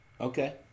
Okay